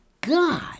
God